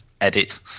Edit